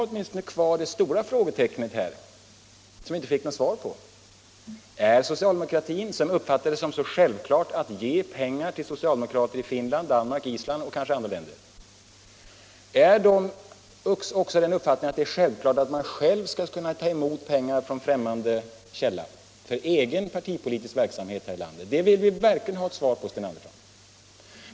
Åtminstone för mig kvarstår den stora frågan som vi inte fick något svar på: Är socialdemokratin, som uppfattar det som så självklart att ge pengar till socialdemokrater i Finland, Danmark, Island och kanske också andra länder, av den uppfattningen att man också själv kan ta emot pengar från främmande källa för egen partipolitisk verksamhet här i landet? Det vill vi verkligen ha svar på, Sten Andersson.